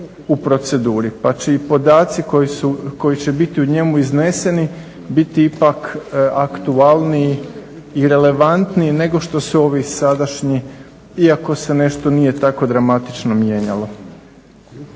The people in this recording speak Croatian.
u proceduri, pa će i podaci koji će biti u njemu izneseni biti aktualniji i relevantniji nego što se ovi sadašnji iako se nešto nije tako dramatično mijenjalo.